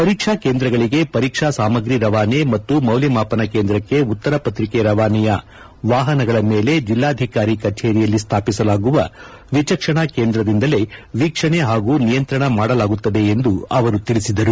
ಪರೀಕ್ಷಾ ಕೇಂದ್ರಗಳಿಗೆ ಪರೀಕ್ಷಾ ಸಾಮಗ್ರ ರವಾನೆ ಮತ್ತು ಮೌಲ್ಯಮಾಪನ ಕೇಂದ್ರಕ್ಷೆ ಉತ್ತರಪತ್ರಿಕೆ ರವಾನೆಯ ವಾಹನಗಳ ಮೇಲೆ ಜಿಲ್ಲಾಧಿಕಾರಿ ಕಚೇರಿಯಲ್ಲಿ ಸ್ಥಾಪಿಸಲಾಗುವ ವಿಚಕ್ಷಣಾ ಕೇಂದ್ರದಿಂದಲೇ ವೀಕ್ಷಣೆ ಹಾಗೂ ನಿಯಂತ್ರಣ ಮಾಡಲಾಗುತ್ತದೆ ಎಂದು ಅವರು ತಿಳಿಸಿದರು